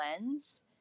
lens